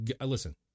listen